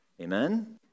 Amen